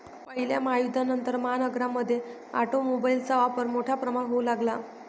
पहिल्या महायुद्धानंतर, महानगरांमध्ये ऑटोमोबाइलचा वापर मोठ्या प्रमाणावर होऊ लागला